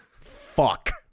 Fuck